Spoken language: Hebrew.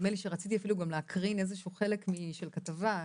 רציתי אפילו להקרין איזשהו חלק של כתבה.